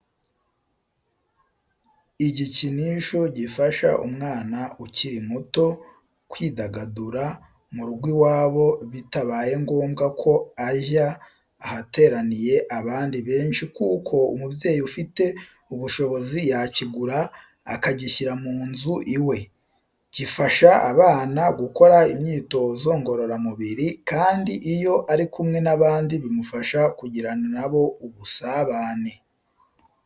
Igikinisho gifasha umwana ukuri muto kwidagadura mu rugo iwabo bitabaye ngombwa ko ajya ahateraniye abandi benshi kuko umubyeyi ufite ubushobozi yakigura akagishyira mu nzu iwe. Gifaha abana gukora imyitozo ngororamubiri, kandi iyo ari kumwe n'abandi bimufasha kugirana nabo ubusabane.